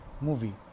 movie